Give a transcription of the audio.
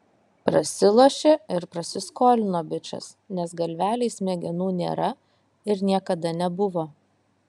prasilošė ir prasiskolino bičas nes galvelėj smegenų nėra ir niekada nebuvo